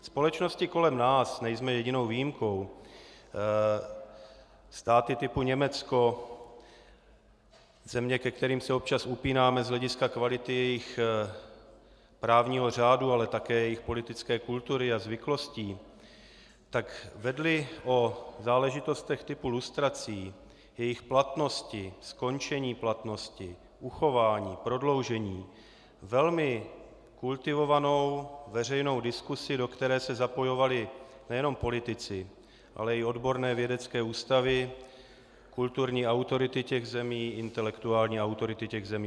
Společnosti kolem nás, nejsme jedinou výjimkou, státy typu Německo, země, ke kterým se občas upínáme z hlediska kvality jejich právního řádu, ale také jejich politické kultury a zvyklostí, vedly o záležitostech typu lustrací, jejich platnosti, skončení platnosti, uchování, prodloužení velmi kultivovanou veřejnou diskusi, do které se zapojovali nejenom politici, ale i odborné vědecké ústavy, kulturní autority těch zemí, intelektuální autority těch zemí.